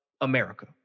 America